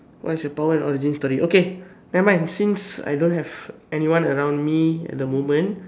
what is your power and origin story okay nevermind since I don't have anyone around me at the moment